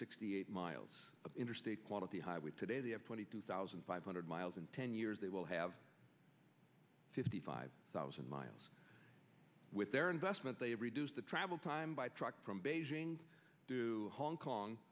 sixty eight miles of interstate quality highway today the f twenty two thousand five hundred miles in ten years they will have fifty five thousand miles with their investment they reduce the travel time by truck from beijing to hong kong